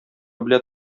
белә